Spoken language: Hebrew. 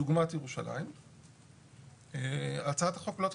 דוגמת ירושלים, הצעת החוק לא תחול.